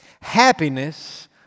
happiness